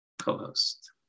co-host